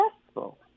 successful